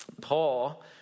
Paul